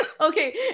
Okay